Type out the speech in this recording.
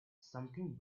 something